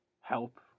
help